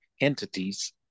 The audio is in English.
entities